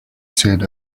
said